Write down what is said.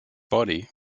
body